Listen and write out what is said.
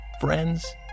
friends